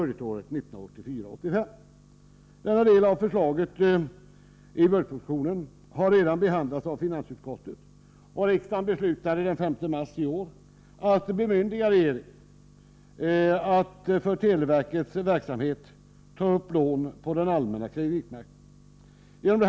Denna del av förslaget i budgetpropositionen har redan behandlats av finansutskottet, och riksdagen beslutade den 5 mars i år att bemyndiga regeringen att för televerkets verksamhet ta upp lån på den allmänna kreditmarknaden.